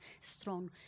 strong